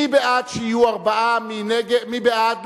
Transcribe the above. מי בעד שיהיו ארבעה, מי בעד?